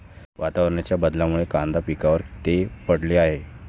वातावरणाच्या बदलामुळे कांदा पिकावर ती पडली आहे